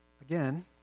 again